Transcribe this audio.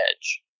edge